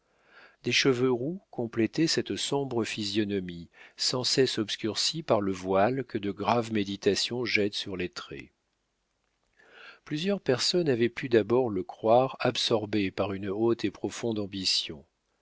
des cheveux roux complétaient cette sombre physionomie sans cesse obscurcie par le voile que de graves méditations jettent sur les traits plusieurs personnes avaient pu d'abord le croire absorbé par une haute et profonde ambition